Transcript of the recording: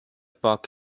bug